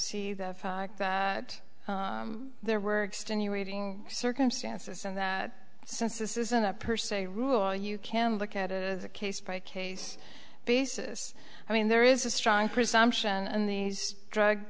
see the fact that there were extenuating circumstances and that since this isn't a per se rule you can look at it as a case by case basis i mean there is a strong presumption and these drug